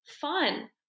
Fun